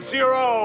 Zero